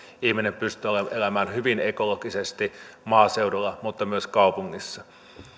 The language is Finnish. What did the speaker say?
ihminen pystyy elämään hyvin ekologisesti maaseudulla mutta myös kaupungissa